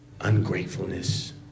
ungratefulness